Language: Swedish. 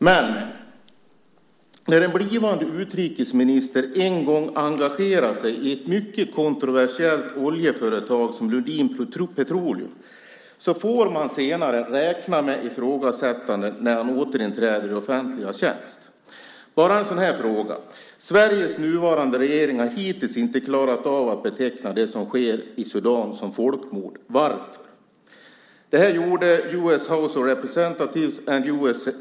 Men när en blivande utrikesminister en gång har engagerat sig i ett mycket kontroversiellt oljeföretag som Lundin Petroleum får man senare räkna med ifrågasättande när han återinträder i offentlig tjänst. Ta bara en sådan här fråga: Sveriges nuvarande regering har hittills inte klarat av beteckna det som sker i Sudan som folkmord. Varför? Det gjorde U.S. House of Representatives och U.S.